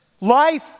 life